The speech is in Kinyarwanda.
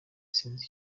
sinzi